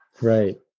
right